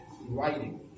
writing